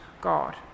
God